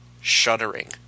Shuddering